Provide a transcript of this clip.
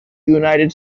united